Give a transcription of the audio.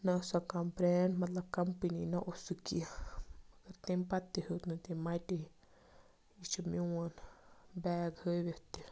نہ ٲس سۄ کانٛہہ برٛینڈ مطلب کَمپٔنی نہ اوس سُہ کینٛہہ مگر تَمہِ پَتہٕ تہِ ہیوٚت نہٕ تٔمۍ مَٹے یہِ چھُ میون بیگ ہٲوِتھ تہِ